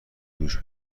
دوش